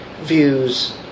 views